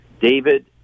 David